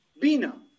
Bina